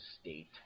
state